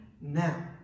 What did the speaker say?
now